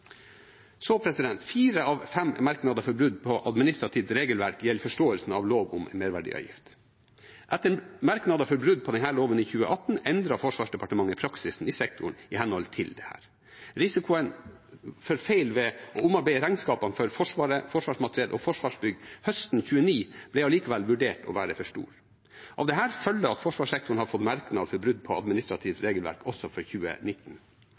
Fire av fem merknader for brudd på administrativt regelverk gjelder forståelsen av lov om merverdiavgift. Etter merknader for brudd på denne loven i 2018 endret Forsvarsdepartementet praksisen i sektoren i henhold til dette. Risikoen for feil ved å omarbeide regnskapene for Forsvaret, Forsvarsmateriell og Forsvarsbygg høsten 2019 ble likevel vurdert å være for stor. Av dette følger at forsvarssektoren har fått merknader for brudd på administrativt regelverk også for 2019.